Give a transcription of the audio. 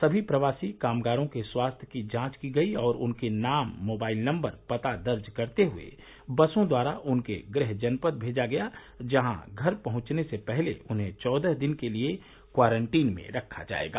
समी प्रवासी कामगारों के स्वास्थ्य की जांच की गयी और उनके नाम मोबाइल नंबर पता दर्ज करते हुए बसों द्वारा उनके गृह जनपद भेजा गया जहां घर पहंचने से पहले उन्हें चौदह दिन के लिए क्वारंटीन में रखा जाएगा